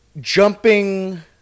Jumping